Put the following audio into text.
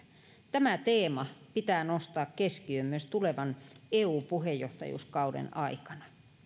tämä teema pitää nostaa keskiöön myös tulevan eu puheenjohtajuuskauden aikana